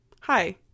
Hi